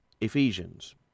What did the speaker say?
Ephesians